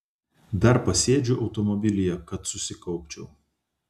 dar pasėdžiu automobilyje kad susikaupčiau